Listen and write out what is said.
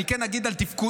אני כן אדבר על תפקודו.